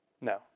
No